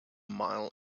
mile